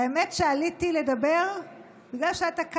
האמת שעליתי לדבר בגלל שאתה כאן,